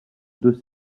deux